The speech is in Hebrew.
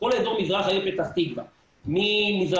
כל אזור מזרח העיר פתח תקווה ממזרחית